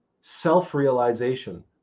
self-realization